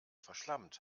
verschlampt